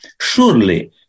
surely